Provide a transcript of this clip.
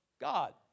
God